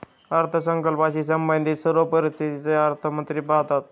अर्थसंकल्पाशी संबंधित सर्व परिस्थिती अर्थमंत्री पाहतात